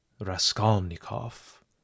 Raskolnikov